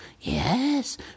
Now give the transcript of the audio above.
yes